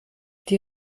die